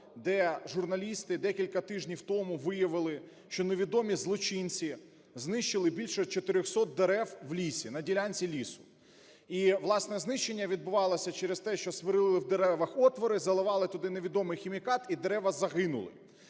де журналісти декілька тижнів тому виявили, що невідомі злочинці знищили більше 400 дерев в лісі, на ділянці лісу. І власне, знищення відбувалося через те, щосверлили в деревах отвори, заливали туди невідомий хімікат і дерева загинули.